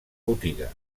botiga